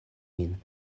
min